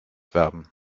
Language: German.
werben